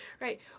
Right